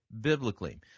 biblically